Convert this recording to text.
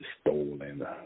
stolen